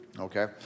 Okay